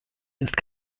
ist